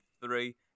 three